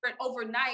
overnight